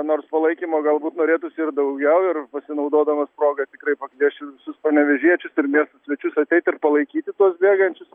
nors palaikymo galbūt norėtųsi ir daugiau ir pasinaudodamas proga tikrai pakviesčiau visus panevėžiečius ir miesto svečius ateit ir palaikyti tuos bėgančius